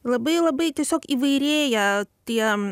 labai labai tiesiog įvairėja tie